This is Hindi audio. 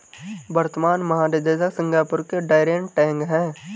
वर्तमान महानिदेशक सिंगापुर के डैरेन टैंग हैं